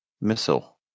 missile